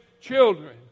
children